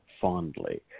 fondly